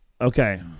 okay